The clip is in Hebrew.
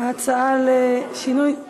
ההצעה לשינוי,